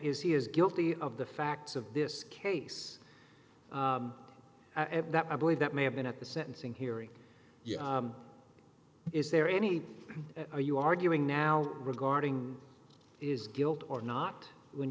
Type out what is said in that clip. is he is guilty of the facts of this case that i believe that may have been at the sentencing hearing is there any are you arguing now regarding is guilt or not when